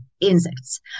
insects